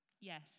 Yes